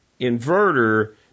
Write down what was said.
inverter